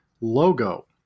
logo